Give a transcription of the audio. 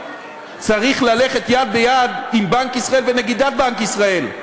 צריך ללכת יד ביד עם בנק ישראל ונגידת בנק ישראל.